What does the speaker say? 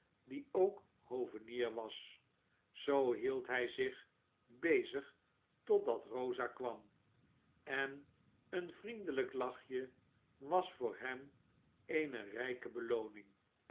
die ook hovenier was zoo hield hij zich bezig totdat rosa kwam en een vriendelijk lachje was voor hem eene rijke belooning